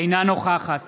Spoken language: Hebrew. אינה נוכחת